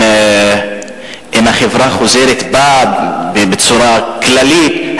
אם החברה חוזרת בה בצורה כללית,